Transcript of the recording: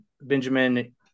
Benjamin